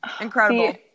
Incredible